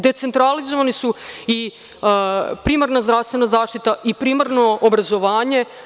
Decentralizovani su i primarna zdravstvena zaštita i primarno obrazovanje.